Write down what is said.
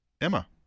Emma